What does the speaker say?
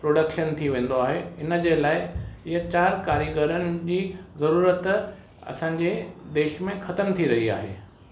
production थी वेंदो आहे हिनजे लाइ हीअ चारि कारीगरनि जी ज़रूरत असांजे देश में ख़तम थी रही आहे